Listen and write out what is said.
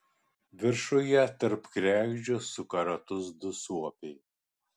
viršuje tarp kregždžių suka ratus du suopiai